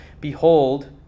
Behold